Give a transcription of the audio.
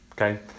okay